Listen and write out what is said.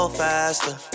faster